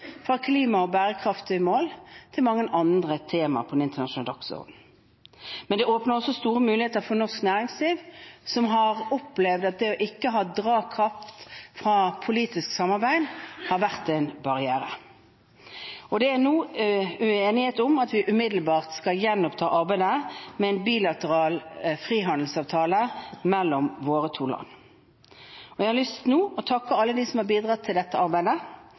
fra klima og bærekraftige mål til mange andre temaer på den internasjonale dagsordenen. Det åpner også store muligheter for norsk næringsliv, som har opplevd at det å ikke ha drakraft fra et politisk samarbeid har vært en barriere. Det er nå enighet om at vi umiddelbart skal gjenoppta arbeidet med en bilateral frihandelsavtale mellom våre to land. Jeg vil nå takke alle som har bidratt til dette arbeidet.